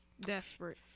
desperate